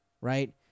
right